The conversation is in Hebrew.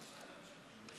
(אומר בערבית: